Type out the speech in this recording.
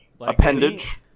Appendage